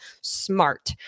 smart